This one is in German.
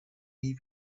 nie